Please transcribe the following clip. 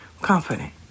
Confident